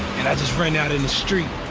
and i just ran out in the street,